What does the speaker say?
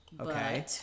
okay